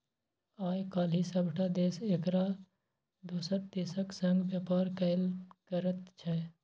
आय काल्हि सभटा देश एकटा दोसर देशक संग व्यापार कएल करैत छै